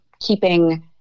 keeping